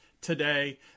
today